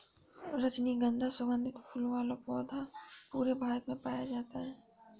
रजनीगन्धा सुगन्धित फूलों वाला पौधा पूरे भारत में पाया जाता है